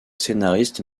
scénariste